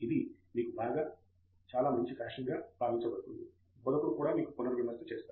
ఇది మీకు బాగా చాలా మంచి ఫ్యాషన్గా భావించబడింది బోధకుడు కూడా మీకు పునర్విమర్శ చేస్తారు